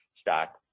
stock